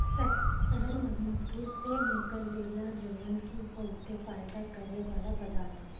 शहद मधुमक्खी से निकलेला जवन की बहुते फायदा करेवाला पदार्थ हवे